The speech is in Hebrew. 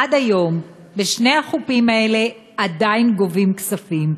עד היום בשני החופים האלה עדיין גובים כספים.